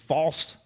False